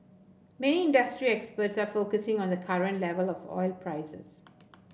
many industry experts are focusing on the current level of oil prices